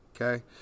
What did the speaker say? Okay